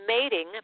mating